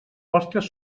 vostres